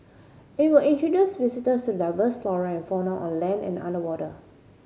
it will introduce visitors to the diverse flora and fauna on land and underwater